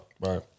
Right